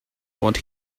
what